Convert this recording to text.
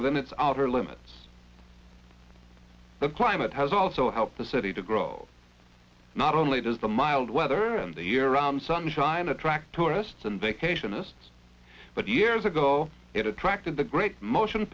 within its outer limits the climate has also helped the city to grow not only does the mild weather and the year round sunshine attract tourists and vacationists but years ago it attracted the great motion